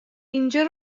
اینجا